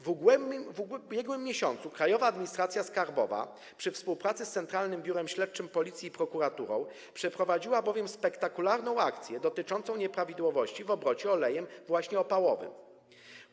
W ubiegłym miesiącu Krajowa Administracja Skarbowa, przy współpracy z Centralnym Biurem Śledczym Policji i prokuraturą, przeprowadziła bowiem spektakularną akcję dotyczącą nieprawidłowości w obrocie właśnie olejem opałowym.